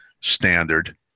standard